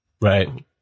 Right